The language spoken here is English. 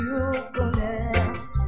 usefulness